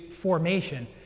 formation